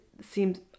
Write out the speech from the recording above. seems